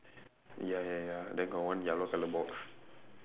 ya ya ya then got one yellow colour box